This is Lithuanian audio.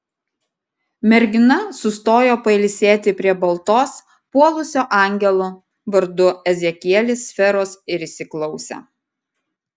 mergina sustojo pailsėti prie baltos puolusio angelo vardu ezekielis sferos ir įsiklausė